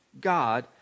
God